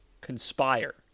conspire